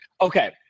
Okay